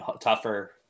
tougher